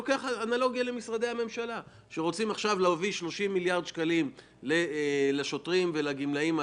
כשמשרדי הממשלה רוצים עכשיו להביא 30 מיליארד שקלים לשוטרים ולגמלאים,